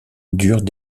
durent